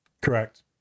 Correct